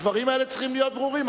הדברים האלה צריכים להיות ברורים.